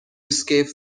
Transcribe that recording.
escape